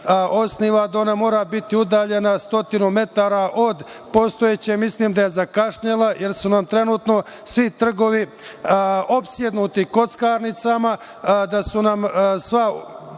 osniva, da ona mora biti udaljena stotinu metara od postojeće, mislim da je zakasnila, jer su nam trenutno svi trgovi opsednuti kockarnicama, da su nam sva